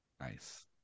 Nice